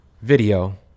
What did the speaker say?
video